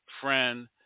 friend